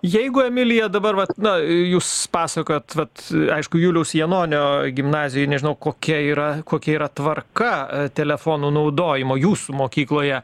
jeigu emilija dabar vat na jūs pasakojate vat aišku juliaus janonio gimnazijoj nežinau kokia yra kokia yra tvarka telefonų naudojimo jūsų mokykloje